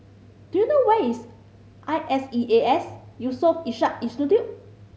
do you know where is I S E A S Yusof Ishak Institute